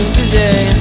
today